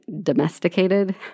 domesticated